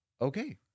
Okay